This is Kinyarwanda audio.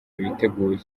biteguye